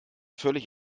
völlig